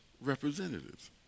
representatives